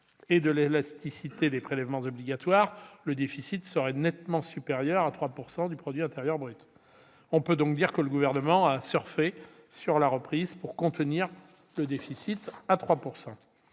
et à l'élasticité des prélèvements obligatoires, le déficit serait nettement supérieur à 3 % du PIB. On peut donc dire que le Gouvernement a « surfé » sur la reprise pour contenir le déficit à 3 %.